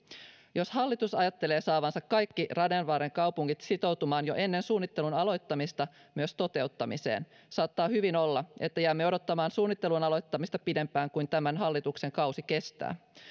jos hallitus ajattelee saavansa kaikki radanvarren kaupungit sitoutumaan jo ennen suunnittelun aloittamista myös toteuttamiseen saattaa hyvin olla että jäämme odottamaan suunnittelun aloittamista pidempään kuin tämän hallituksen kausi kestää